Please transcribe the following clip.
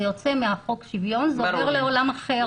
זה יוצא מחוק השוויון ועובר לעולם אחר.